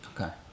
Okay